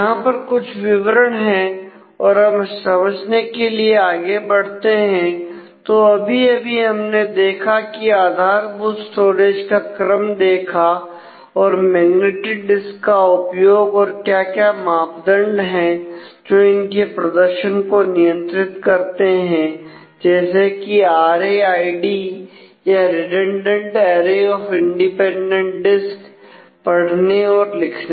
यहां पर कुछ विवरण है और हम समझने के लिए आगे बढ़ते हैं तो अभी अभी हमने देखा की आधारभूत स्टोरेज का क्रम देखा और मैग्नेटिक डिस्क का उपयोग और क्या क्या मापदंड है जो इनके प्रदर्शन को नियंत्रित करते हैं जैसे की आर ए आई डी पढ़ने और लिखने में